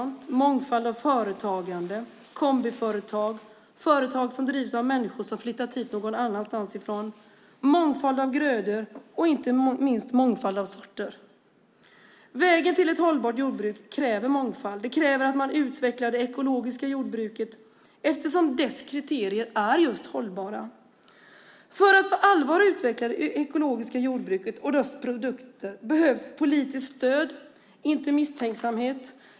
Det handlar om en mångfald av företagande: kombiföretag och företag som drivs av människor som flyttat hit någon annanstans ifrån. Det handlar om en mångfald av grödor och inte minst en mångfald av sorter. Vägen till ett hållbart jordbruk kräver mångfald. Det kräver att man utvecklar det ekologiska jordbruket eftersom dess kriterier är just hållbara. För att på allvar utveckla det ekologiska jordbruket och dess produkter behövs politiskt stöd, inte misstänksamhet.